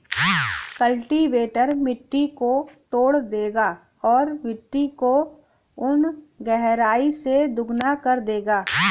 cultivator मिट्टी को तोड़ देगा और मिट्टी को उन गहराई से दोगुना कर देगा